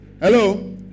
hello